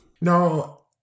No